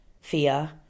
fear